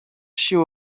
siły